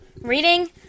Reading